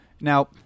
Now